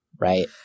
right